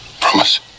Promise